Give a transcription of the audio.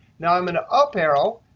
now i'm going to up arrow.